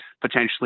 potentially